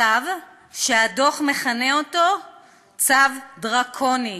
צו שהדוח מכנה אותו צו דרקוני.